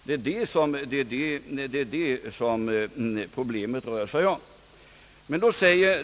Det är det som problemet rör sig om.